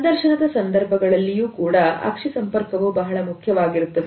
ಸಂದರ್ಶನದ ಸಂದರ್ಭಗಳಲ್ಲಿಯೂ ಕೂಡ ಅಕ್ಷಿ ಸಂಪರ್ಕವು ಬಹಳ ಮುಖ್ಯವಾಗಿರುತ್ತದೆ